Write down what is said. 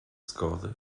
zgody